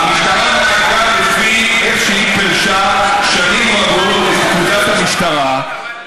המשטרה התנהגה לפי איך שהיא פירשה שנים רבות את פקודת המשטרה,